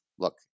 Look